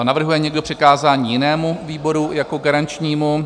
Navrhuje někdo přikázání jinému výboru jako garančnímu?